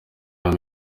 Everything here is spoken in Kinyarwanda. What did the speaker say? nama